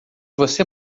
você